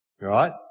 right